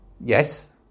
Yes